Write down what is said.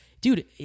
Dude